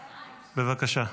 בבקשה.